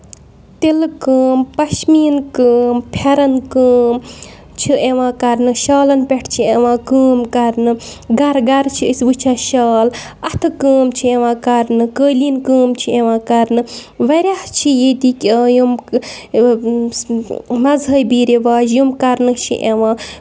تِلہٕ کٲم پَشمیٖن کٲم پھٮ۪رن کٲم چھِ یِوان کَرنہٕ شالَن پٮ۪ٹھ چھِ یِوان کٲم کَرنہٕ گرٕ گرٕ چھِ أسۍ وُچھان شال اَتھٕ کٲم چھِ یِوان کَرنہٕ قٲلیٖن کٲم چھِ یِوان کَرنہٕ واریاہ چھِ ییٚتِکۍ یِم مَذہبی رِواج یِم کَرنہٕ چھِ یِوان